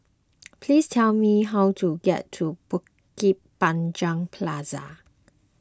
please tell me how to get to Bukit Panjang Plaza